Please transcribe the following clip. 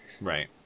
Right